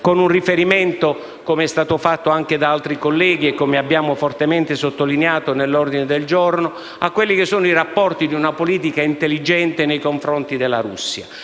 con un riferimento - com'è stato fatto anche da altri colleghi e come abbiamo fortemente sottolineato nell'ordine del giorno - ai rapporti di una politica intelligente nei confronti della Russia.